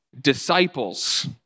disciples